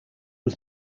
was